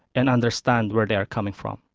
and understand where they are coming from.